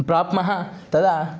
प्राप्मः तदा